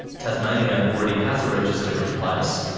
tasmania already has a register in place.